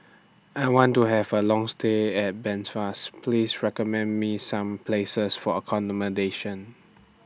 I want to Have A Long stay At Belfast Please recommend Me Some Places For accommodation